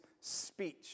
speech